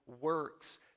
works